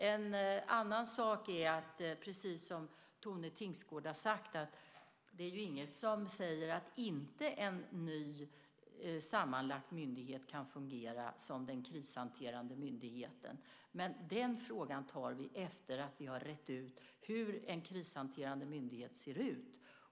En annan sak är att, precis som Tone Tingsgård har sagt, det inte är något som säger att inte en ny sammanlagd myndighet kan fungera som den krishanterande myndigheten. Men den frågan tar vi efter att vi har rett ut hur en krishanterande myndighet ser ut.